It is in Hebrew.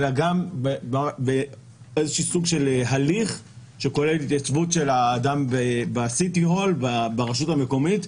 אלא גם בסוג של הליך שכולל התייצבות של האדם ב"סיטי הול" ברשות המקומית,